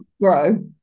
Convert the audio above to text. grow